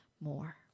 more